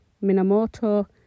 Minamoto